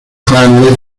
clan